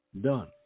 Done